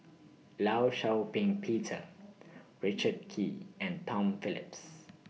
law Shau Ping Peter Richard Kee and Tom Phillips